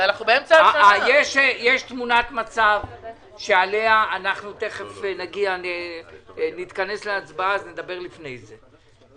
יש תמונת מצב שעליה אנחנו תכף נגיע ונתכנס להצבעה ונדבר לפני זה.